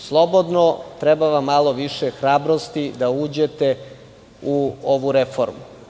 Slobodno, treba vam malo više hrabrosti da uđete u ovu reformu.